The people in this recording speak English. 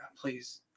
please